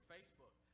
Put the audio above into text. Facebook